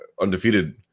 undefeated